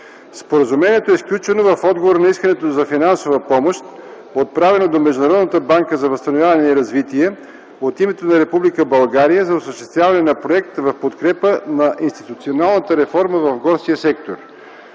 Споразумението е сключено в отговор на искането за финансова помощ, отправено до Международната банка за възстановяване и развитие от името на Република България за осъществяването на Проект в подкрепа на институционалната реформа в горския сектор.